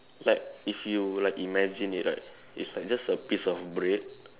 like if you like imagine it right it's like just like a piece of bread